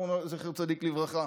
זכר צדיק לברכה.